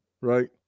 right